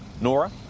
Nora